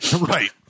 right